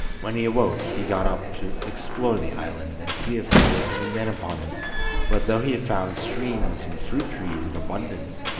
when he awoke he got up to explore the island, and see if there were any men upon it but though he found streams and fruit trees in abundance,